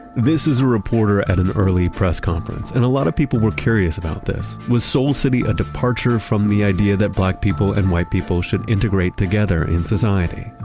this is a reporter at an early press conference and a lot of people were curious about this. was soul city a departure from the idea that black people and white people should integrate together in society?